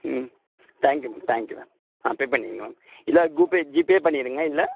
ம் thank you ma'am thank you ma'am ஆ pay பண்ணிருங்க மேம் இல்லை குபே ஜிபேவே பண்ணிருங்க இதில்